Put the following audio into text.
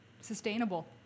sustainable